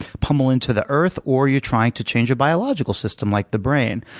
pummel into the earth, or you're trying to change a biological system like the brain.